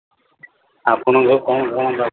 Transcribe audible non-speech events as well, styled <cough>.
ଆପଣଙ୍କ କ'ଣ କଣ <unintelligible>